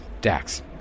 Dax